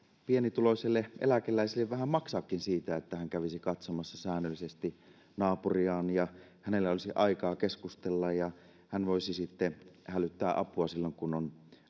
pienituloiselle eläkeläiselle vähän maksaakin siitä että hän kävisi katsomassa säännöllisesti naapuriaan hänellä olisi aikaa keskustella ja hän voisi sitten hälyttää apua silloin kun on